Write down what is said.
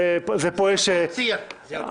--- אני הסיעה.